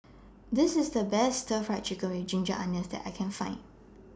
This IS The Best Stir Fry Chicken with Ginger Onions that I Can Find